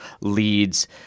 leads